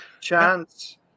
chance